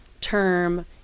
term